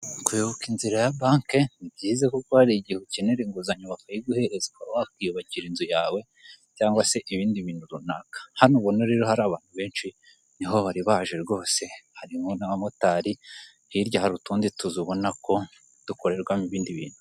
Kuyoboka inzira ya banke ni byiza kuko hari igihe ukenera inguzanyo bakayiguhereza ukaba wakwiyubakira inzu yawe cyangwa se ibindi ibintu runaka, hano ubona rero hari abantu benshi niho baje rwose harimo n'abamotari hirya hari utundi tuzu ubona ko tukorerwamo ibindi bintu.